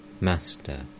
Master